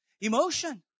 emotion